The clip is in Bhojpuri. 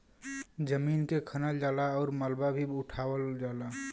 जमीन के खनल जाला आउर मलबा भी उठावल जाला